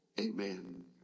Amen